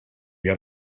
got